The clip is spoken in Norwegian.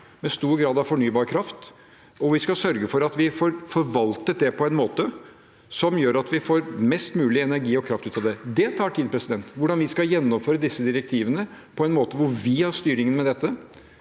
med stor grad av fornybar kraft, og vi skal sørge for at vi får forvaltet det på en måte som gjør at vi får mest mulig energi og kraft ut av det. Det tar tid – hvordan vi skal gjennomføre disse direktivene på en måte hvor vi har styringen med dette.